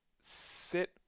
sit